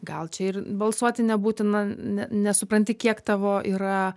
gal čia ir balsuoti nebūtina nesupranti kiek tavo yra